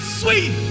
sweet